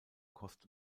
kost